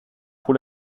pour